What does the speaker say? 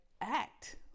act